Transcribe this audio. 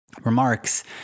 remarks